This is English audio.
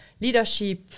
leadership